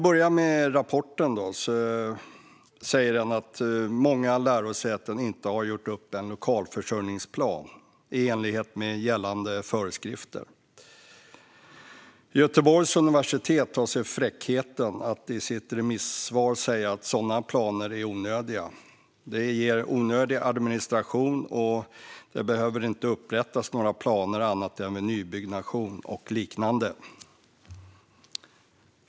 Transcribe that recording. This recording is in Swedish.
I rapporten sägs det att många lärosäten inte har gjort upp en lokalförsörjningsplan i enlighet med gällande föreskrifter. Göteborgs universitet tar sig fräckheten att i sitt remissvar säga att sådana planer är onödiga, att de ger onödig administration och att det inte behöver upprättas några planer annat än vid nybyggnation och liknande.